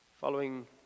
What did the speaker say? Following